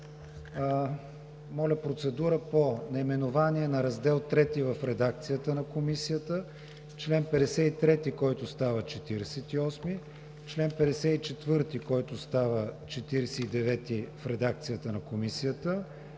Моля, процедура по наименование на Раздел III в редакцията на Комисията; чл. 53, който става чл. 48; чл. 54, който става чл. 49 в редакцията на Комисията;